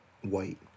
white